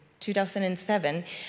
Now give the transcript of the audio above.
2007